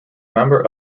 member